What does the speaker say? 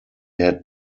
had